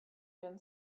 been